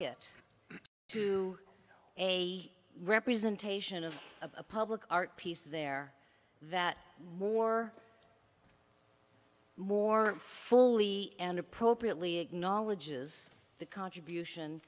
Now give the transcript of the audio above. it to a representation of a public art piece there that more more fully and appropriately acknowledges the contribution